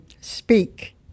speak